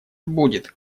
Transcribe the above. будет